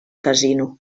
casino